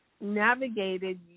navigated